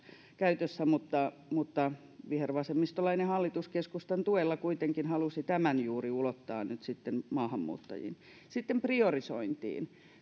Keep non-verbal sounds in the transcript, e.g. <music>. käytössä mutta mutta vihervasemmistolainen hallitus keskustan tuella kuitenkin halusi tämän juuri ulottaa nyt sitten maahanmuuttajiin sitten priorisointiin <unintelligible>